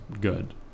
good